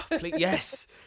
yes